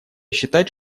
считать